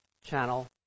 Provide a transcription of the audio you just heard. channel